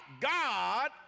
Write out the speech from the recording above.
God